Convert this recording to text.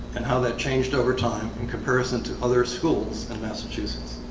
and how that changed over time in comparison to other schools in massachusetts,